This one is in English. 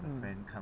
mm